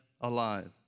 alive